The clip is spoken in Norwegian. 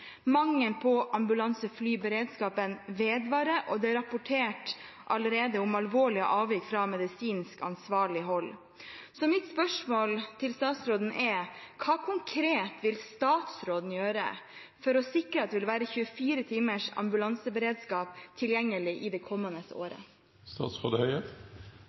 på ambulanseflyberedskap vedvarer, og det er rapportert alvorlige avvik fra ansvarlig medisinsk hold. Hva konkret vil statsråden gjøre for å sikre at det vil være 24-timers ambulanseberedskap tilgjengelig i det kommende